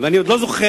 ואני עוד לא זוכר